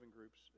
Groups